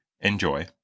Enjoy